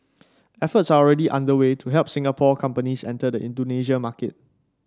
efforts are already underway to help Singapore companies enter the Indonesia market